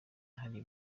hari